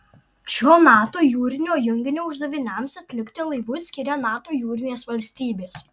šio nato jūrinio junginio uždaviniams atlikti laivus skiria nato jūrinės valstybės